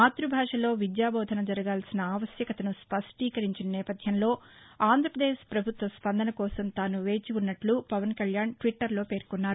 మాతృభాషలో విద్యాబోధన జరగాల్సిన ఆవశ్యకతను స్పష్టీకరించిన నేపథ్యంలో రాష్ట్ర పభుత్వ స్పందన కోసం తాను వేచి ఉ న్నట్లు పవన్ కల్యాణ్ ట్విట్టర్లో పేర్కొన్నారు